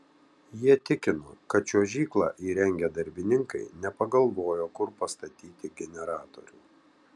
jie tikino kad čiuožyklą įrengę darbininkai nepagalvojo kur pastatyti generatorių